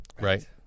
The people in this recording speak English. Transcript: Right